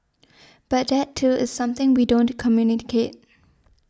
but that too is something we don't communicate